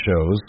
shows